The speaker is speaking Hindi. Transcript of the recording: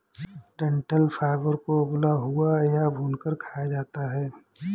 डंठल फाइबर को उबला हुआ या भूनकर खाया जाता है